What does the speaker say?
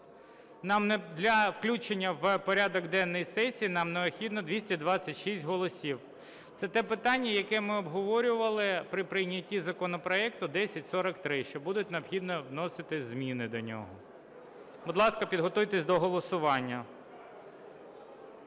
Для включення в порядок денний сесії нам необхідно 226 голосів. Це те питання, яке ми обговорювали при прийнятті законопроекту 1043, що буде необхідно вносити зімни до нього. Будь ласка, підготуйтесь до голосування.